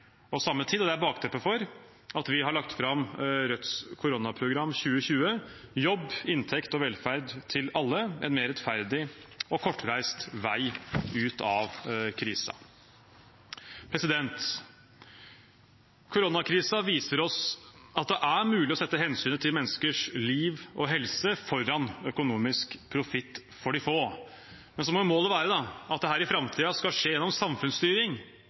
og samme tid, og det er bakteppet for at vi har lagt fram «Rødts koronaprogram 2020: Jobb, inntekt og velferd til alle. En mer rettferdig og kortreist vei ut av krisa». Koronakrisen viser oss at det er mulig å sette hensynet til menneskers liv og helse foran økonomisk profitt for de få. Men så må målet være at dette i framtiden skal skje ved samfunnsstyring